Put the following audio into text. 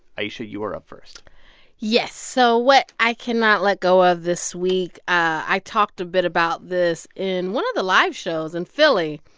ayesha, you are up first yes. so what i cannot let go of this week i talked a bit about this in one of the live shows in and philly,